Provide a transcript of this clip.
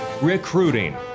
recruiting